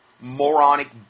moronic